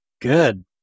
Good